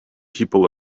people